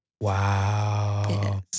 Wow